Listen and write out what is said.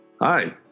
Hi